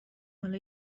حالا